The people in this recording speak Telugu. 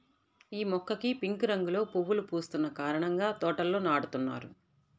యీ మొక్కకి పింక్ రంగులో పువ్వులు పూస్తున్న కారణంగా తోటల్లో నాటుతున్నారు